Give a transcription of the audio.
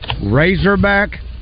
Razorback